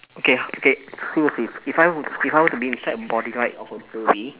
okay okay seriously if I were to if I were to be inside a body right of a baby